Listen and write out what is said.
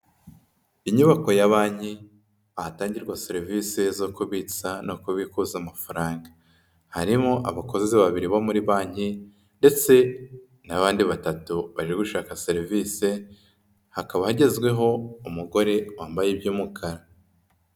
Inyubako ya banki ahatangirwa serivise zo kubitsa no kubikuza amafaranga. Harimo abakozi babiri bo muri banki ndetse n'abandi batatu baje gushaka serivise, hakaba hagezweho umugore wambaye iby'umukara.